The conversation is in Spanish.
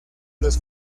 los